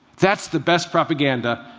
that's the best propaganda,